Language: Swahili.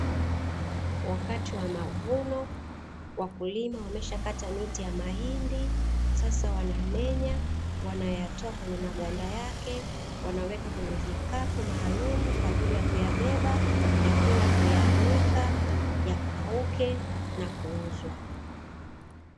Wakati wa mavuno wakulima wameshakata miti ya mahindi, sasa wanamenya, wanayatoa kwenye maganda yake, wanayaweka kwenye vikapu maalumu kwa ajili ya kuyabeba na kwenda kuyaanika yakauke na kuuzwa.